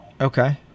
Okay